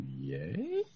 yay